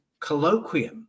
colloquium